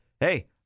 hey